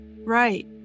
right